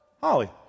Holly